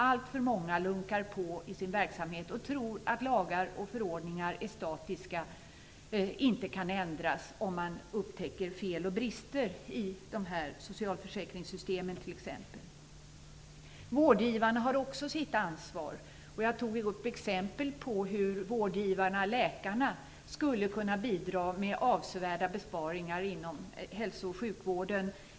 Alltför många lunkar på i sin verksamhet och tror att lagar och förordningar är statiska, inte kan ändras, om man upptäcker fel och brister t.ex. i socialförsäkringssystemen. Vårdgivarna har också sitt ansvar. Jag tog upp exempel på hur vårdgivarna läkarna skulle kunna bidra med avsevärda besparingar inom hälso och sjukvården.